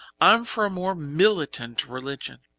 i'm for a more militant religion!